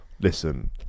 Listen